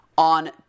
On